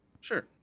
Sure